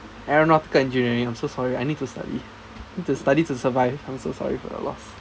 aeronautical engineering I'm so sorry I need to study need to study to survive I'm so sorry to your boss